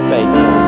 Faithful